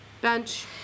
Bench